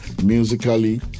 Musically